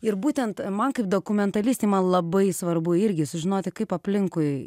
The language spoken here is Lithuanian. ir būtent man kaip dokumentalistei man labai svarbu irgi sužinoti kaip aplinkui